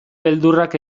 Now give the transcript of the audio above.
beldurrak